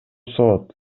сот